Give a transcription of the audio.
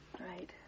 right